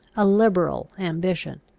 a liberal ambition.